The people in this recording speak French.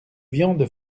viande